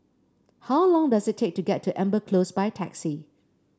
how long does it take to get to Amber Close by taxi